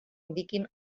indiquin